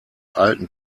alten